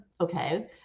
okay